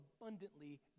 abundantly